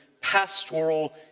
pastoral